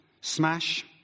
smash